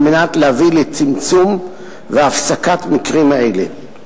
על מנת להביא לצמצום ולהפסקה של מקרים אלה.